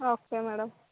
okay madam